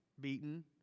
beaten